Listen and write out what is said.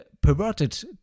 perverted